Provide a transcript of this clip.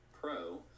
pro